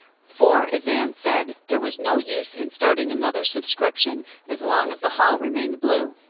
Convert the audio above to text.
for, as anne said, there was no use in starting another subscription as long as the hall remained blue.